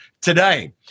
today